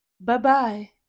bye-bye